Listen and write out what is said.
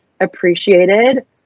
appreciated